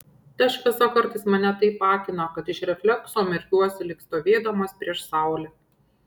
ta šviesa kartais mane taip akina kad iš reflekso merkiuosi lyg stovėdamas prieš saulę